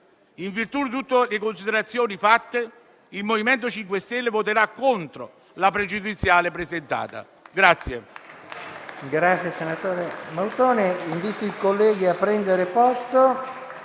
In virtù di tutte le considerazioni fatte, il MoVimento 5 Stelle voterà contro la pregiudiziale presentata.